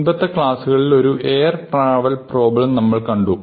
മുൻപത്തെ ക്ലാസുകളിൽ ഒരു എയർ ട്രാവൽ പ്രോബ്ലം നമ്മൾ കണ്ടു